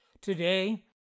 Today